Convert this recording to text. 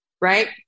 right